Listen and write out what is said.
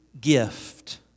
gift